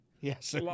Yes